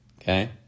Okay